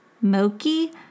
Moki